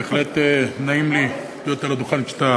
בהחלט נעים לי להיות על הדוכן כשאתה